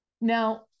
Now